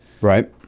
Right